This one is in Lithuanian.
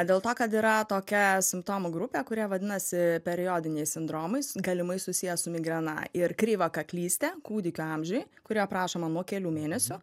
dėl to kad yra tokia simptomų grupė kurie vadinasi periodiniais sindromais galimai susiję su migrena ir kreivakaklystė kūdikio amžiui kuri aprašoma nuo kelių mėnesių